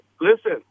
Listen